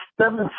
seven